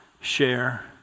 share